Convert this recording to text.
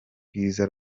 rwiza